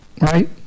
right